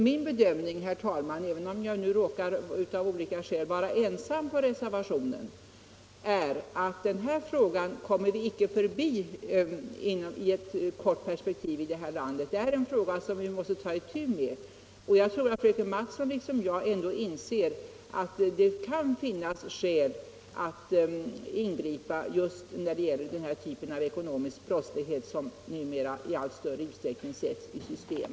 Min bedömning, herr talman — även om jag av olika skäl råkar vara ensam om reservationen — är alltså att den här frågan kommer vi icke förbi. Det är en fråga som vi måste ta itu med. Och jag tror att fröken Mattson liksom jag ändå inser att det kan finnas skäl att ingripa just när det gäller denna typ av ekonomisk brottslighet som i allt större utsträckning sätts i system.